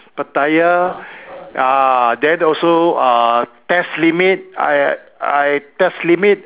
pattaya ah then also uh test limit I I test limit